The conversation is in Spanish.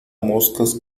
moscas